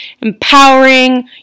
empowering